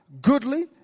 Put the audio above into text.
goodly